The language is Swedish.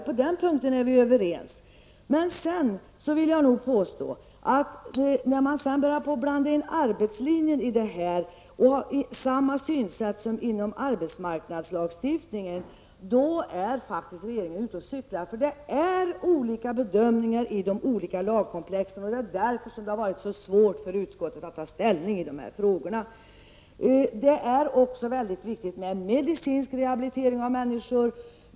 På den punkten är vi överens. Men när man sedan börjar blanda in arbetslinjen i det här och dessutom har samma synsätt som inom arbetsmarknadslagstiftningen, då är faktiskt regeringen ute och cyklar. För det är olika bedömningar i de olika lagkomplexen. Därför har det varit svårt för utskottet att ta ställning i dessa frågor. Det är också viktigt med medicinsk rehabilitering av människor.